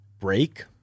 break